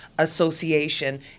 Association